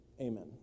amen